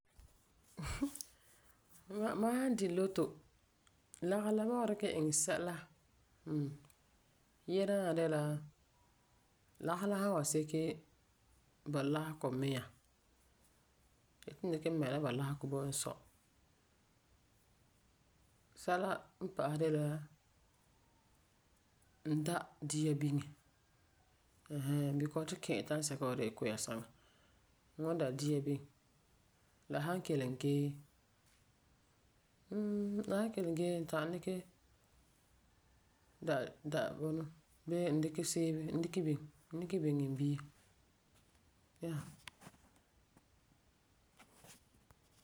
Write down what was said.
Ma, mam sãn di lotto, lagefɔ ma'm wan dikɛ sɛla hmm, yia daana de la lagefɔ san wan seke bɔ'ɔsegɔ mia n yeti n dikɛ mɛ la bɔlasegɔ bo n sɔ. Sɛla n pa'asɛ de la n da dia biŋe ãa haa. Because tu n ki'iri sansɛka wa de kua saŋa. La kelum gee, mm, a san kelum gee n ta'am dikɛ da da bunɔ bee n dikɛ seeve n dikɛ biŋe n dikɛ biŋe n bia. Yeah.